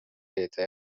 leta